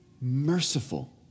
merciful